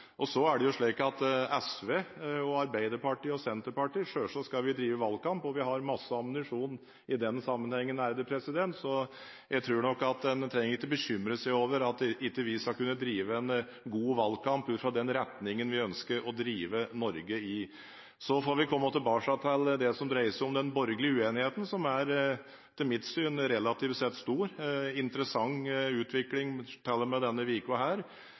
SV, Arbeiderpartiet og Senterpartiet selvsagt skal drive valgkamp, og vi har masse ammunisjon i den sammenhengen, så jeg tror ikke man trenger å bekymre seg over at vi ikke skal kunne drive en god valgkamp ut fra den retningen vi ønsker å drive Norge i. Så får vi komme tilbake til det som dreier seg om den borgerlige uenigheten, som etter mitt syn er relativt sett stor. Det er en interessant utvikling – til og med denne